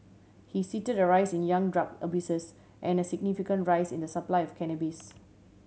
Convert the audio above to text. he cited a rise in young drug abusers and a significant rise in the supply of cannabis